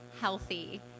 healthy